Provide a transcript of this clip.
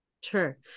Sure